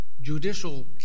judicial